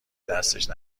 دستش